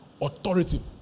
Authority